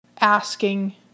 asking